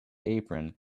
apron